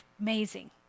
amazing